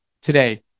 today